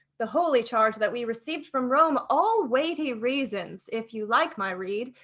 the holy charge that we received from rome, all weighty reasons if you like my rede,